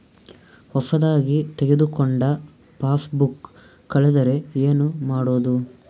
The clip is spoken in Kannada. ಹೊಸದಾಗಿ ತೆಗೆದುಕೊಂಡ ಪಾಸ್ಬುಕ್ ಕಳೆದರೆ ಏನು ಮಾಡೋದು?